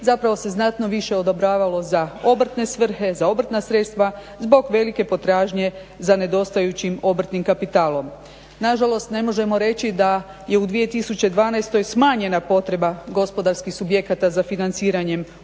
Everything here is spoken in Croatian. zapravo se znatno više odobravalo za obrtne svrhe, za obrtna sredstva zbog velike potražnje za nedostajućih obrtnim kapitalom. Nažalost, ne možemo reći da je u 2012. smanjena potreba gospodarskih subjekata za financiranjem obrtnih